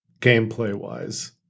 gameplay-wise